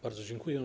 Bardzo dziękuję.